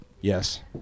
Yes